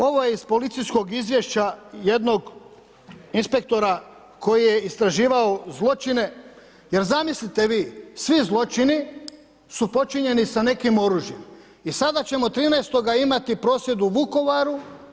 Ovo je iz policijskog izvješća jednog inspektora koji je istraživao zločine jer zamislite vi, svi zločini su počinjeni sa nekim oružjem i sada ćemo 13. imati prosvjed u Vukovaru.